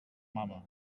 mama